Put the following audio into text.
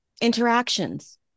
interactions